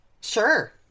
Sure